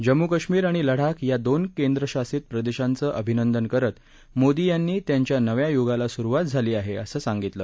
जम्मू कश्मीर आणि लडाख या दोन केंद्रशासित प्रदेशाचं अभिनंदन करत मोदी यांनी त्यांच्या नव्या य्गाला स्रुवात झाली आहे असं सांगितलं